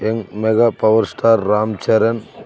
young mega power star Ram Charan